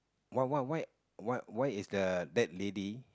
why why why why why is the that lady